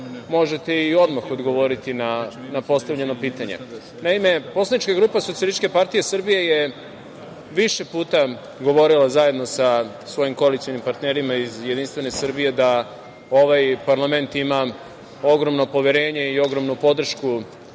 možete i odmah odgovoriti na postavljeno pitanje. Naime, poslanička grupa SPS je više puta govorila zajedno sa svojim koalicionim partnerima iz JS da ovaj parlament ima ogromno poverenje i ogromnu podršku